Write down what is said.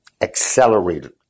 accelerated